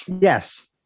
Yes